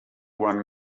won